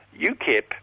UKIP